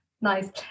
nice